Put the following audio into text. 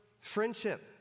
friendship